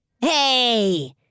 Hey